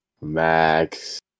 Max